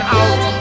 out